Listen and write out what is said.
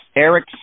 Eric